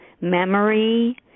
memory